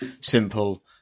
simple